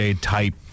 type